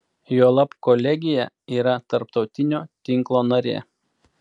juolab kolegija yra tarptautinio tinklo narė